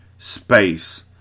Space